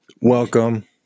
Welcome